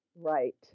Right